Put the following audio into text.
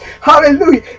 Hallelujah